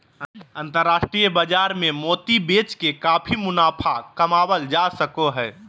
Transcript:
अन्तराष्ट्रिय बाजार मे मोती बेच के काफी मुनाफा कमावल जा सको हय